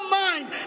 mind